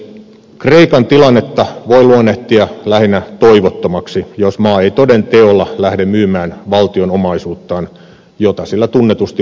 kreikan tilannetta voi luonnehtia lähinnä toivottomaksi jos maa ei toden teolla lähde myymään valtionomaisuuttaan jota sillä tunnetusti on paljon